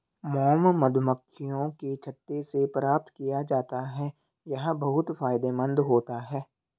mom मधुमक्खियों के छत्ते से प्राप्त किया जाता है यह बहुत फायदेमंद होता है